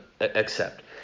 accept